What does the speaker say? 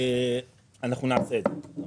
אנחנו נעשה את זה.